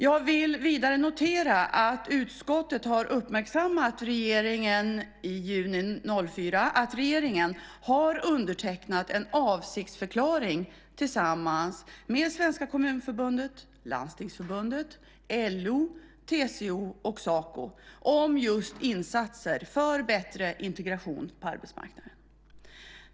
Jag vill vidare notera att utskottet i juni 2004 har uppmärksammat regeringen på att regeringen har undertecknat en avsiktsförklaring tillsammans med Svenska Kommunförbundet, Landstingsförbundet, LO, TCO och Saco om just insatser för bättre integration på arbetsmarknaden.